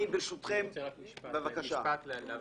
אני רוצה להבהיר.